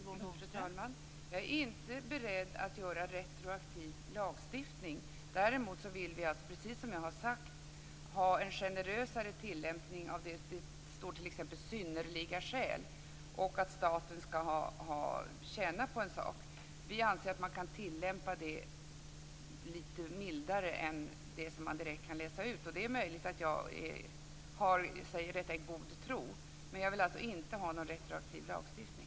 Fru talman! Jag är inte beredd att genomföra retroaktiv lagstiftning. Däremot vill vi, precis som jag har sagt, ha en generösare tillämpning av det som står i lagen, t.ex. synnerliga skäl och att staten skall tjäna på en sak. Vi anser att man kan tillämpa det lite mildare än det som man direkt kan läsa ut. Det är möjligt att jag säger detta i god tro. Men jag vill alltså inte ha någon retroaktiv lagstiftning.